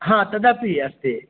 ह तदपि अस्ति